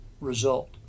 result